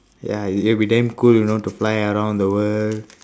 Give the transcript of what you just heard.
ya it will be damn cool you know to fly around the world